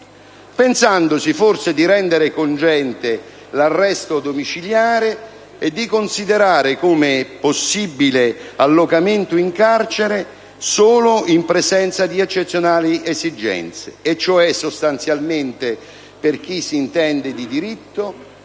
pensando di rendere cogente l'arresto domiciliare e di considerare il possibile allocamento in carcere solo in presenza di eccezionali esigenze, cioè sostanzialmente - per chi si intende di diritto